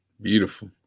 Beautiful